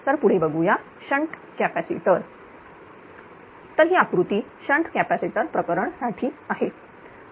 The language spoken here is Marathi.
तर पुढे बघूया शंट कॅपॅसिटर तर ही आकृती शंट कॅपॅसिटर प्रकरण साठी आहे